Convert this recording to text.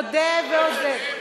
מודה ועוזב.